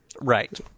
Right